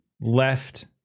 left